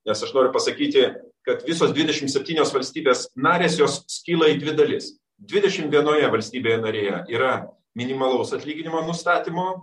nes aš noriu pasakyti kad visos dvidešim septynios valstybės narės jos skyla į dvi dalis dvidešim vienoje valstybėje narėje yra minimalaus atlyginimo nustatymo